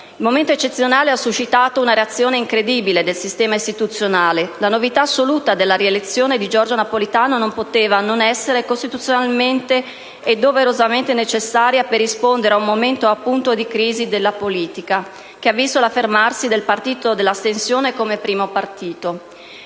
Il momento eccezionale ha suscitato una reazione incredibile del sistema istituzionale: la novità assoluta della rielezione di Giorgio Napolitano non poteva non essere costituzionalmente e doverosamente necessaria per rispondere ad un momento, appunto, di crisi della politica, che ha visto l'affermarsi del «partito dell'astensione» come primo partito.